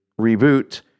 reboot